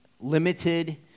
limited